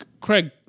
Craig